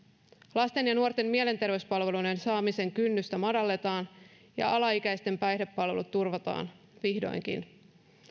lasten ja nuorten mielenterveyspalveluiden saamisen kynnystä madalletaan ja ala ikäisten päihdepalvelut turvataan vihdoinkin